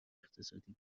اقتصادی